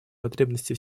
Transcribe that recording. потребности